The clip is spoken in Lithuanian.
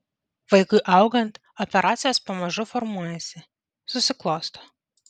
vaikui augant operacijos pamažu formuojasi susiklosto